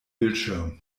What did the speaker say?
bildschirm